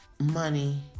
money